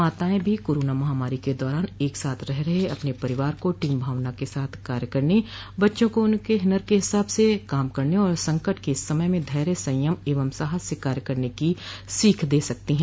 माताएं भी कोरोना महामारी के दौरान एक साथ रह रहे परिवार को टीम भावना के साथ कार्य करने बच्चों को उनके हनर के हिसाब से काम करने और संकट के इस समय में धैर्य संयम एवं साहस से कार्य करने की सीख दे सकती हैं